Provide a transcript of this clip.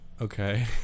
okay